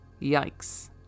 Yikes